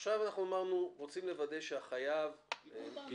עכשיו אנחנו רוצים לוודא שהחייב יודע,